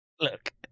look